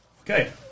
Okay